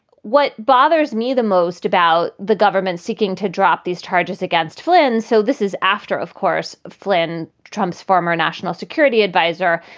what bothers me the most about the government seeking to drop these charges against flynn. so this is after, of course, flynn, trump's former national security adviser,